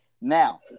Now